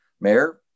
mayor